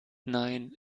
nein